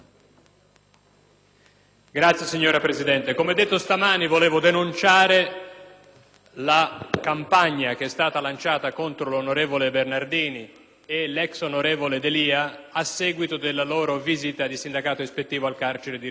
*(PD)*. Signora Presidente, come ho detto stamani, vorrei denunciare la campagna che è stata lanciata contro l'onorevole Bernardini e l'ex onorevole D'Elia, a seguito della loro visita ispettiva al carcere di Rebibbia,